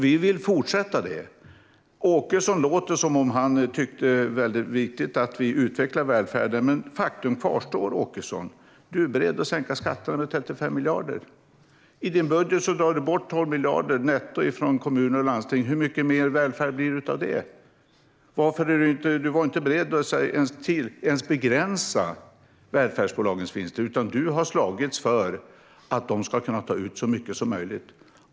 Vi vill fortsätta det arbetet. Åkesson låter som att han tycker att det är väldigt viktigt att vi utvecklar välfärden. Men faktum kvarstår, Åkesson: Du är beredd att sänka skatterna med 35 miljarder. I din budget drar du bort 12 miljarder netto från kommuner och landsting. Hur mycket mer välfärd blir det av det? Du var inte beredd att ens begränsa välfärdsbolagens vinster. Du har slagits för att de ska kunna ta ut så mycket som möjligt.